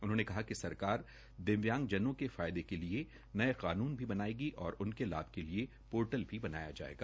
उन्होंने कहा कि सरकार दिव्यांगजनों के फायदे के लिए नये कानून भी बनायेगी और उसके लाभ के लिए शोर्टल भी बनाया जायेगा